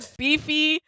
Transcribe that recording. beefy